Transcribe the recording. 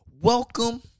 Welcome